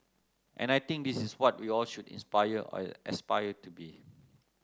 and I think this is what we all should inspire or aspire to be